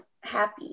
happy